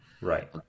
Right